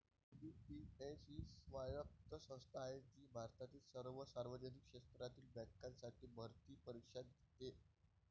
IBPS ही स्वायत्त संस्था आहे जी भारतातील सर्व सार्वजनिक क्षेत्रातील बँकांसाठी भरती परीक्षा घेते